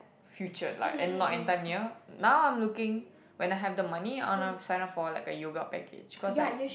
future like and not in time near now I'm looking when I have the money I want to sign up for like a yoga package cause like